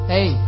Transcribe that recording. Hey